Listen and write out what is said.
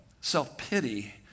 self-pity